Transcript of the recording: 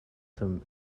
some